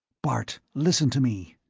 bart, listen to me,